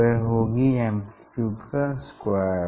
वह होगी amplitude square